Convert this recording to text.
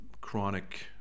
chronic